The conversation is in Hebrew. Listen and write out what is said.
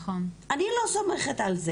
אני סומכת על זה